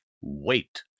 wait